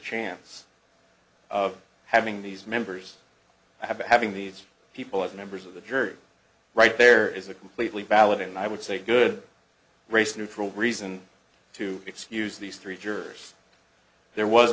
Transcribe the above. chance of having these members have having these people as members of the jury right there is a completely valid and i would say good race neutral reason to excuse these three jurors there was